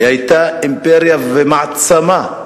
היא היתה אימפריה ומעצמה,